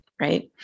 right